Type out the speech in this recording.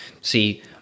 see